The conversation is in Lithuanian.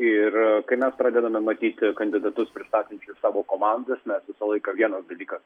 ir kai mes pradedame matyti kandidatus pristatančius savo komandas mes visą laiką vienas dalykas